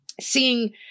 seeing